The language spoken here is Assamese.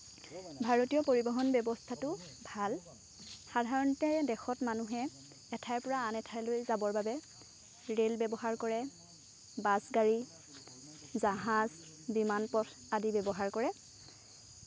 ভাৰতীয় পৰিৱহণ ব্যৱস্থাটো ভাল সাধাৰণতে দেশত মানুহে এঠাইৰ পৰা আন এঠাইলৈ যাবৰ বাবে ৰেল ব্যৱহাৰ কৰে বাছগাড়ী জাহাজ বিমানপথ আদি ব্যৱহাৰ কৰে